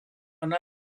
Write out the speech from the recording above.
anar